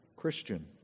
Christian